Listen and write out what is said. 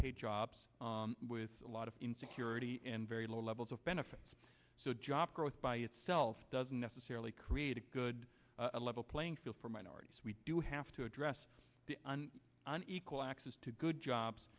paid jobs with a lot of insecurity and very low levels of benefits so job growth by itself doesn't necessarily create a good a level playing field for minorities we do have to address on an equal access to good jobs